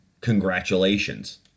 congratulations